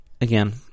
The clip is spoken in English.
again